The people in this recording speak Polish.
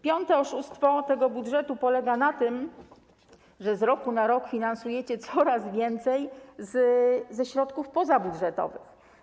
Piąte oszustwo tego budżetu polega na tym, że z roku na rok finansujecie coraz więcej ze środków pozabudżetowych.